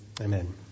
amen